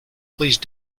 please